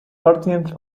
thirteenth